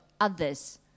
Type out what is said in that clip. others